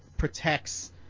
Protects